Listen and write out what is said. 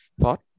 thought